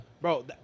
bro